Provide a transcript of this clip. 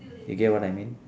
you get what I mean